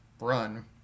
run